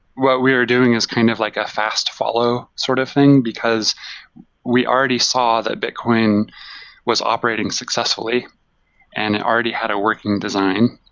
what we are doing is kind of like a fast follow sort of thing, because we already saw that bitcoin was operating successfully and it already had a working design.